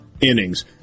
innings